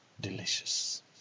delicious